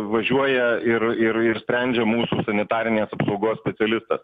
važiuoja ir ir ir sprendžia mūsų sanitarinės apsaugos specialistas